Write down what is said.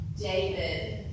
David